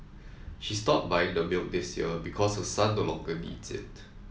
she stopped buying the milk this year because her son no longer needs it